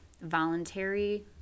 voluntary